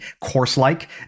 course-like